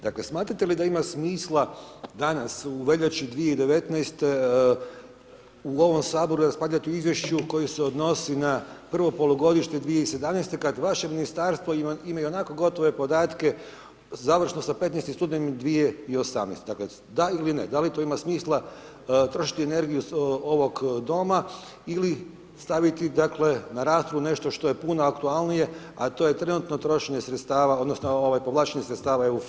Dakle smatrate li da ima smisla danas u veljači 2019. u ovom Saboru raspravljati o izvješću koje se odnosi na prvo polugodište 2017. kada vaše ministarstvo ima ionako gotove podatke završno sa 15. studenim 2018., dakle da ili ne, da li to ima smisla trošiti energiju ovog Doma ili staviti dakle na raspravu nešto što je puno aktualnije a to je trenutno trošenje sredstava odnosno povlaštenih sredstava EU fondova?